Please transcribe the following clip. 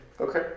Okay